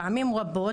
פעמים רבות,